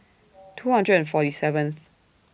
two hundred and forty seventh